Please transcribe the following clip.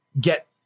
get